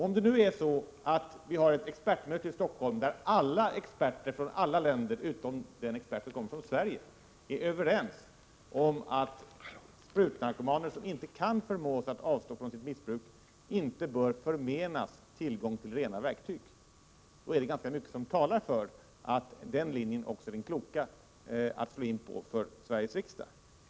Om vi har ett expertmöte i Stockholm och alla experter från alla länder, utom den expert som kommer från Sverige, är överens om att sprutnarkomaner som inte kan förmås att avstå från sitt missbruk inte bör förmenas tillgång till rena verktyg, är det ganska mycket som talar för att den linjen också är den klokaste att slå in på för Sveriges riksdag.